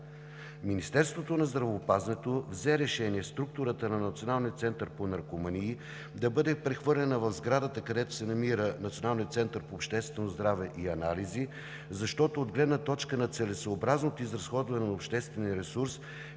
Министерството на здравеопазването взе решение структурата на Националния център по наркомании да бъде прехвърлена в сградата, където се помещава Националният център по обществено здраве и анализи, защото от гледна точка на целесъобразното изразходване на обществения ресурс